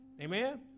Amen